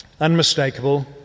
unmistakable